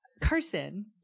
Carson